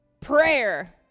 prayer